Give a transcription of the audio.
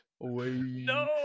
No